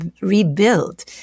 rebuild